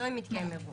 לא אם מתקיים אירוע.